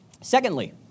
Secondly